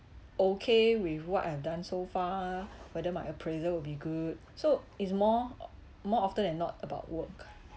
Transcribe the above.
okay with what I've done so far whether my appraisal will be good so it's more or more often than not about work